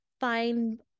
find